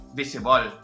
visible